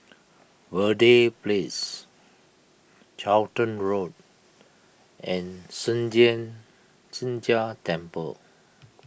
Verde Place Charlton Road and Sheng Jian Sheng Jia Temple